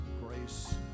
grace